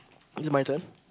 is it my turn